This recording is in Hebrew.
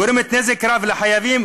גורמת נזק רב לחייבים,